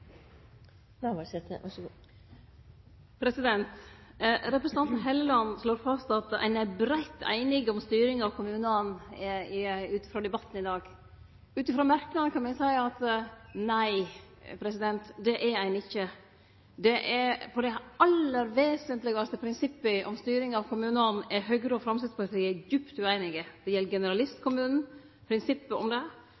Da hørte faktisk jeg et KS som var rimelig fornøyd, og jeg tror det var en del andre som hørte det samme. Representanten Helleland slår fast at ein ut frå debatten i dag er breitt einige om styringa av kommunane. Ut frå merknadene kan me seie at nei, det er ein ikkje. I dei aller vesentlegaste prinsippa om styringa av kommunane er Høgre og Framstegspartiet djupt ueinige. Det gjeld